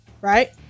right